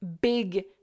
big